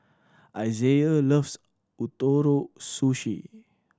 Isaiah loves Ootoro Sushi